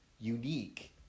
unique